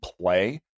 play